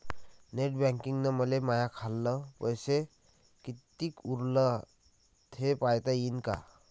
Net बँकिंगनं मले माह्या खाल्ल पैसा कितीक उरला थे पायता यीन काय?